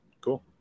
Cool